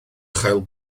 chael